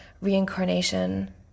reincarnation